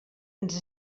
ens